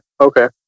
okay